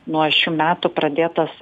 nuo šių metų pradėtas